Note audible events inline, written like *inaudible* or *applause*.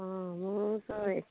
অঁ মোৰ *unintelligible*